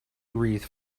wreath